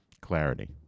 Clarity